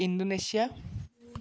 Indonesia